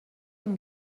ton